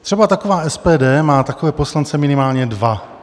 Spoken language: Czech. Třeba taková SPD má takové poslance minimálně dva.